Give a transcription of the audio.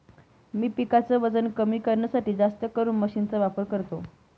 मी पिकाच वजन करण्यासाठी जास्तकरून मशीन चा वापर करतो